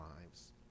lives